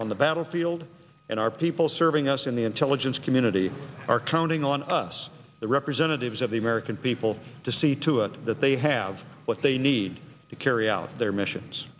on the battlefield and our people serving us in the intelligence community are counting on us the representatives of the american people to see to it that they have what they need to carry out their missions